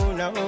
no